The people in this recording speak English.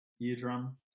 eardrum